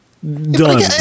done